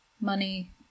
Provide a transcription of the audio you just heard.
money